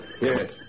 Yes